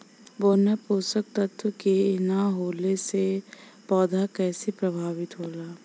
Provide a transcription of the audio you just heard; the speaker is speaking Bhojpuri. बोरान पोषक तत्व के न होला से पौधा कईसे प्रभावित होला?